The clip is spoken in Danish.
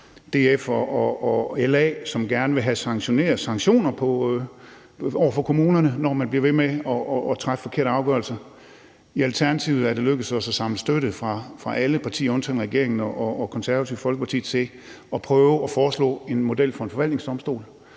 DF og LA, som gerne vil have sanktioner over for kommunerne, når man bliver ved med at træffe forkerte afgørelser, og det er i Alternativet også lykkedes os at samle støtte fra alle partier undtagen regeringen og Det Konservative Folkeparti til at prøve at foreslå en model for en forvaltningsdomstol,